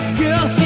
girl